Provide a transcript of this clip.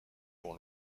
pour